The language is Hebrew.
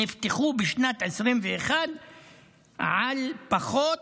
נפתחו בשנת 2021 על פחות